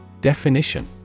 Definition